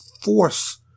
force